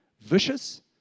vicious